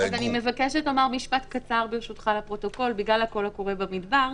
אני מבקשת לומר משפט קצר לפרוטוקול בגלל הקול הקורא במדבר.